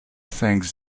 thanks